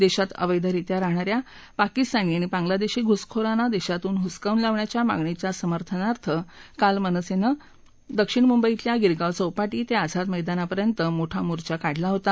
देशात अवैधरित्या राहणाऱ्या पाकिस्तानी आणि बांग्लादेशी घुसखोरांना देशातून हूसकावून लावण्याच्या मागणीच्या समर्थनार्थ काल मनसेने दक्षिण मुंबईतल्या गिरगाव चौपाी ते आझाद मैदानापर्यंत मोठा मोर्चा काढला होता